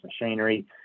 machinery